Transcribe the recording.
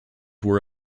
were